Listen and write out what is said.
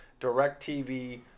DirecTV